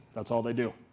that's all they do.